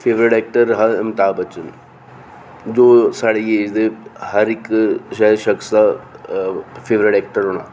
favourite actor हा अमिताभ बच्चन जो साढ़ी एज़ दे हर इक्क शायद शख्स दा फेवरेट ऐक्टर होना